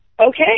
okay